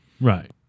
Right